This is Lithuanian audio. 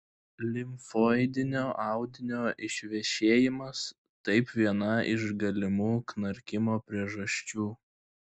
limfoidinio audinio išvešėjimas taip viena iš galimų knarkimo priežasčių